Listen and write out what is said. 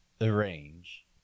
arrange